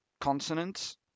Consonants